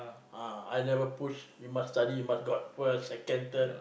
ah I never push you must study you must got first second third